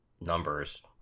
numbers